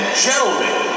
gentlemen